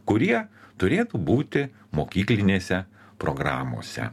kurie turėtų būti mokyklinėse programose